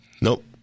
Nope